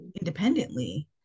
independently